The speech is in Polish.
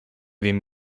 wiem